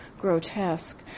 grotesque